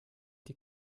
die